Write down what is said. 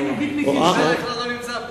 ההצעה היא, כבר לא נמצא פה.